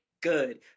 Good